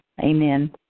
Amen